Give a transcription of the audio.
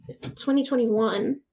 2021